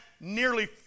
nearly